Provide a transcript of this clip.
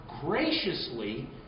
graciously